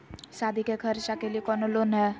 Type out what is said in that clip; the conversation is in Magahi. सादी के खर्चा के लिए कौनो लोन है?